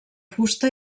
fusta